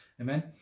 Amen